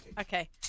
Okay